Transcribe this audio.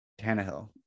Tannehill